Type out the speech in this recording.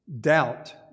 Doubt